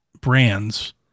brands